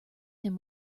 him